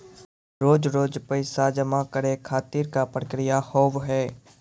रोज रोज पैसा जमा करे खातिर का प्रक्रिया होव हेय?